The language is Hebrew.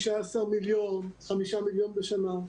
15 מיליון, חמישה מיליון בשנה.